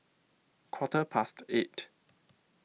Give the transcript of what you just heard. Quarter Past eight